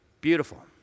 beautiful